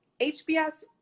HBS